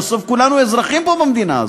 בסוף כולנו אזרחים פה במדינה הזו.